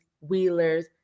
Wheeler's